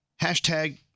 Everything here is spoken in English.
Hashtag